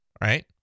right